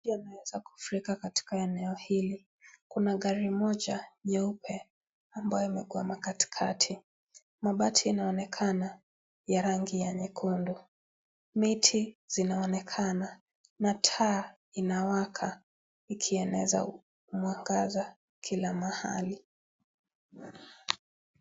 Maji yameweza kufurika katika eneo hili. Kuna gari moja, nyeupe, ambayo imekwama katikati. Mabati yanaonekana ya rangi ya nyekundu. Miti zinaonekana na taa inawaka ikieneza mwangaza kila mahali.